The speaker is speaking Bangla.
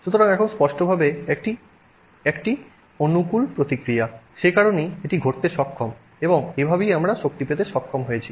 সুতরাং এখন স্পষ্টভাবে এটি একটি অনুকূল প্রতিক্রিয়া সে কারণেই এটি ঘটতে সক্ষম এবং এভাবেই আমরা শক্তি পেতে সক্ষম হয়েছি